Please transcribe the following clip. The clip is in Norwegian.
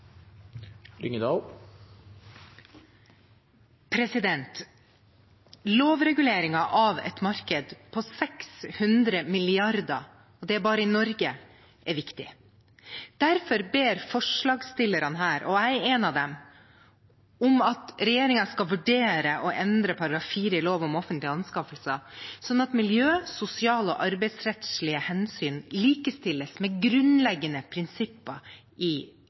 viktig. Derfor ber forslagsstillerne her – og jeg er en av dem – om at regjeringen skal vurdere å endre § 4 i lov om offentlige anskaffelser slik at miljø-, sosial- og arbeidsrettslige hensyn likestilles med grunnleggende prinsipper i